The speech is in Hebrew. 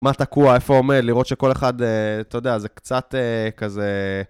מה תקוע, איפה עומד, לראות שכל אחד, אתה יודע, זה קצת כזה...